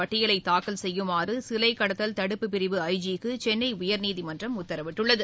பட்டியலைதாக்கல் செய்யுமாறுசிலைக்கடத்தல் தடுப்புப் பிரிவு ஐ ஐி க்குசென்னைஉயா்நீதிமன்றம் உத்தரவிட்டுள்ளது